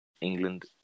England